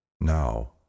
Now